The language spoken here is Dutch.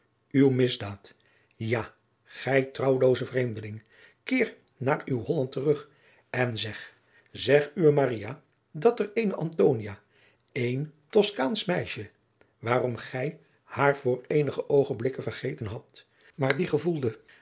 uwe misdaad ja gij trouwlooze vreemdeling keer naar uw holland terug en zeg zeg uwe maria dat er eene antonia een toskaansch meisje waarom gij haar voor eenige oogenblikken vergeten hadt maar die gevoelende